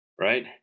right